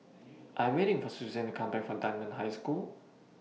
I Am waiting For Susann to Come Back from Dunman High School